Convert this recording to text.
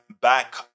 back